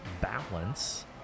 balance